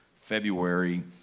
February